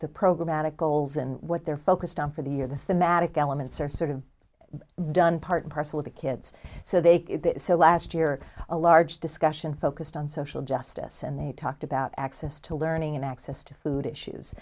the program attic goals and what they're focused on for the year the thematic elements are sort of done part and parcel of the kids so they so last year a large discussion focused on social justice and they talked about access to learning and access to food issues